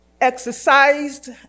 exercised